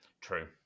True